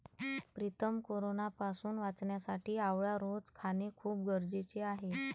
प्रीतम कोरोनापासून वाचण्यासाठी आवळा रोज खाणे खूप गरजेचे आहे